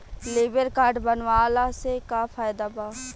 Labour card बनवाला से का फायदा बा?